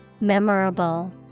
Memorable